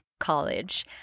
college